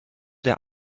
der